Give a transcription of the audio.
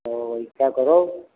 ओ तो ऐसा करो